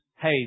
hey